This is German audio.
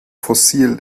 fossil